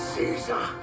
Caesar